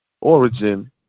origin